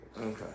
Okay